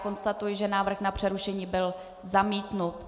Konstatuji, že návrh na přerušení byl zamítnut.